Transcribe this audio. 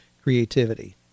creativity